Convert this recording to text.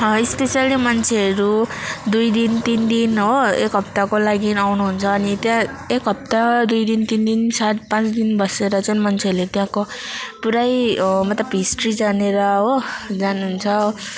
specially मान्छेहरू दुई दिन तिन दिन हो एक हप्ताको लागि आउनु हुन्छ अनि त्यहाँ एक हप्ता दुई दिन तिन दिन सात पाँच दिन बसेर चाहिँ मान्छेहरूले त्यहाँको पुरै मतलब हिस्ट्री जानेर हो जानु हुन्छ